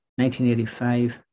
1985